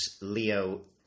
Leo